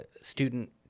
student